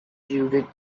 judith